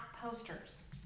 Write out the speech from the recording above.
posters